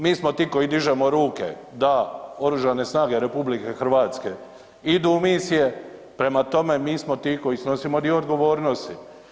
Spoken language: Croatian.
Mi smo ti koji dižemo ruke da Oružane snage RH idu u misije, prema tome mi smo ti koji snosimo dio odgovornosti.